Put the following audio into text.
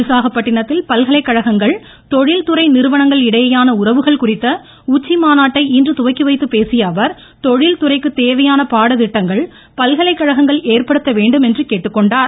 விசாகப்பட்டினத்தில் பல்கலைக்கழகங்கள் தொழில்துறை நிறுவனங்கள் இடையேயான உறவுகள் குறித்த உச்சிமாநாட்டை இன்று துவக்கிவைத்துப் தொழில்துறைக்குத் தேவையான பேசியஅவர் பாடத்திட்டங்கள் பல்கலைக்கழகங்கள் ஏற்படுத்த வேண்டும் என்று கேட்டுக்கொண்டுள்ளார்